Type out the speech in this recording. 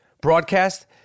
broadcast